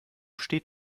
steht